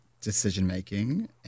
decision-making